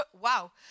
wow